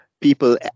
people